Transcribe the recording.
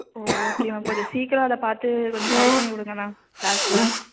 ஓ okay ma'am கொஞ்சம் சீக்கிரம் அதை பார்த்து கொஞ்சம் சரி பண்ணி விடுங்க மேம் க்ளாஸ்சில்